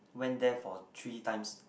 went there for three times